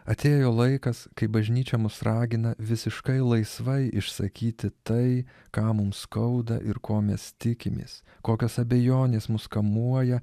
atėjo laikas kai bažnyčia mus ragina visiškai laisvai išsakyti tai ką mums skauda ir ko mes tikimės kokios abejonės mus kamuoja